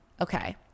Okay